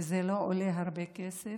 וזה לא עולה הרבה כסף,